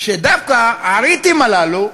דווקא הריטים הללו,